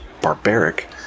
Barbaric